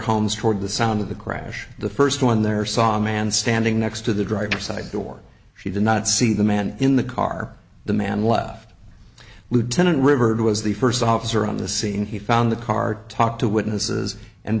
homes toward the sound of the crash the first one there saw a man standing next to the driver's side door she did not see the man in the car the man left lieutenant rivard was the first officer on the scene he found the car talk to witnesses and